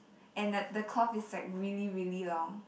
and that the cloth is like really really long